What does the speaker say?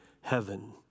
heaven